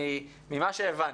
ממה שהבנתי,